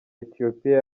etiyopiya